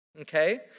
Okay